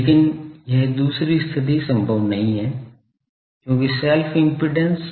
लेकिन यह दूसरी स्थिति संभव नहीं है क्योंकि सेल्फ इम्पीडेन्स और मुच्यूअल इम्पीडेन्स